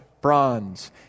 bronze